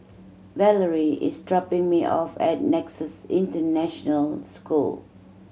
Valarie is dropping me off at Nexus International School